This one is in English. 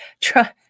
Try